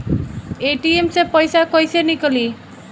ATM से पइसा कइसे निकली?